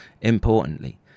importantly